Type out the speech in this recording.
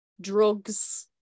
drugs